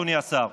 אדוני השר.